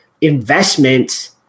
investment